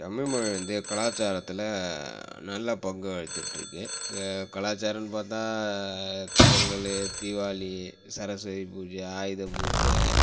தமிழ் மொழி வந்து கலாச்சாரத்தில் நல்லா பங்குவகுத்திட்டுருக்குது கலாச்சாரம்னு பார்த்தா பொங்கல் தீபாளி சரஸ்வதி பூஜை ஆயுத பூஜை